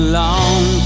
long